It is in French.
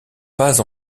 pas